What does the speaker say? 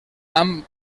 amb